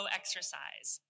exercise